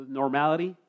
normality